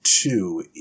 two